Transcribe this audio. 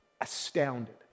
astounded